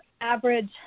average